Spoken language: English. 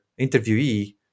interviewee